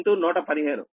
5 KV